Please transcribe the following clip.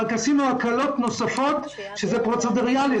רק עשינו הקלות נוספות שזה פרוצדוריאלי.